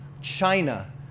China